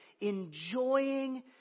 enjoying